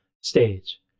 stage